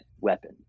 weapon